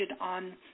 on